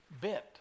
bent